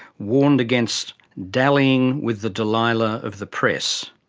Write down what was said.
warned against dallying with the delilah of the press.